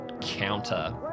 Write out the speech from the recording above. counter